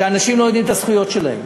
שאנשים לא יודעים את הזכויות שלהם.